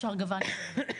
אפשר גוון אחר.